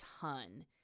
ton